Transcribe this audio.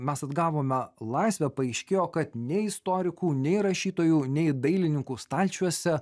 mes atgavome laisvę paaiškėjo kad nei istorikų nei rašytojų nei dailininkų stalčiuose